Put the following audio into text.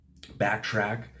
backtrack